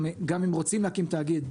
גם אם רוצים להקים תאגיד,